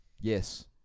Yes